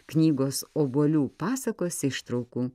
knygos obuolių pasakos ištraukų